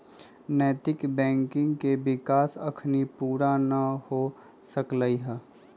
नैतिक बैंकिंग के विकास अखनी पुरा न हो सकलइ ह